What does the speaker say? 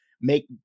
make